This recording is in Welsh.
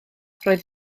roedd